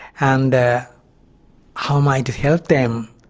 and how am i to help them?